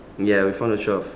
ya we found the twelve